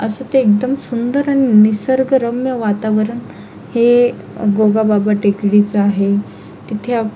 असं ते एकदम सुंदर आणि निसर्गरम्य वातावरण हे गोगाबाबा टेकडीचं आहे तिथे आप